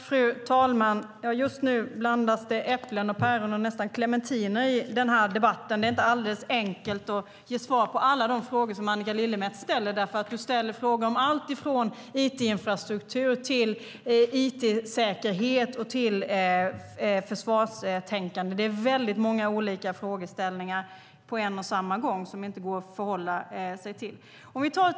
Fru talman! Just nu blandas äpplen, päron och nästan clementiner i den här debatten. Det är inte alldeles enkelt att ge svar på alla de frågor som Annika Lillemets ställer, för hon ställer frågor om allt ifrån it-infrastruktur till it-säkerhet och försvarstänkande. Det är väldigt många olika frågeställningar på en och samma gång.